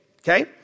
okay